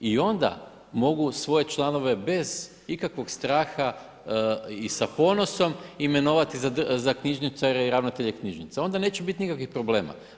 I onda mogu svoje članove bez ikakvog straha i sa ponosom imenovati za knjižničare i ravnatelje knjižnica, onda neće biti nikakvih problema.